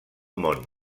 món